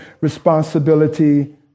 responsibility